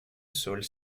sols